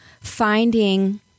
finding